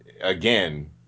again